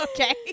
Okay